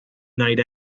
night